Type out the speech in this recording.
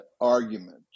argument